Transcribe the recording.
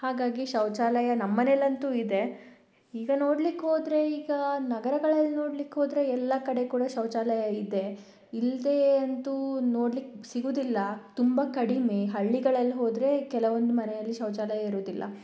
ಹಾಗಾಗಿ ಶೌಚಾಲಯ ನಮ್ಮ ಮನೇಲಂತೂ ಇದೆ ಈಗ ನೋಡ್ಲಿಕ್ಕೆ ಹೋದ್ರೆ ಈಗ ನಗರಗಳಲ್ಲಿ ನೋಡ್ಲಿಕ್ಕೆ ಹೋದರೆ ಎಲ್ಲ ಕಡೆ ಕೂಡ ಶೌಚಾಲಯ ಇದೆ ಇಲ್ಲದೆ ಅಂತೂ ನೋಡ್ಲಿಕ್ಕೆ ಸಿಗೋದಿಲ್ಲ ತುಂಬ ಕಡಿಮೆ ಹಳ್ಳಿಗಳಲ್ಲಿ ಹೋದರೆ ಕೆಲವೊಂದು ಮನೆಯಲ್ಲಿ ಶೌಚಾಲಯ ಇರೋದಿಲ್ಲ